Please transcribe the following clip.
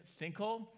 sinkhole